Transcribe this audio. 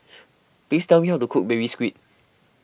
please tell me how to cook Baby Squid